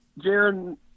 Jaron